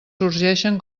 sorgeixen